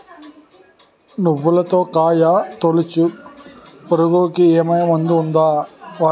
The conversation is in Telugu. నువ్వులలో కాయ తోలుచు పురుగుకి ఏ మందు వాడాలి?